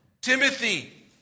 Timothy